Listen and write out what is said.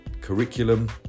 curriculum